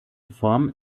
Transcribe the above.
form